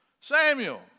Samuel